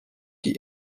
die